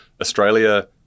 Australia